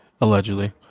allegedly